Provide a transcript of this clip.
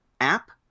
app